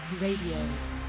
Radio